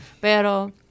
Pero